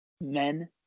men